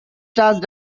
touched